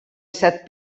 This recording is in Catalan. set